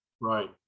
Right